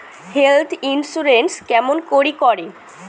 Health insurance কেমন করি করে?